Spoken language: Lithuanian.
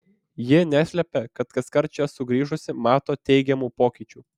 ji neslepia kad kaskart čia sugrįžusi mato teigiamų pokyčių